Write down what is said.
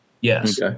Yes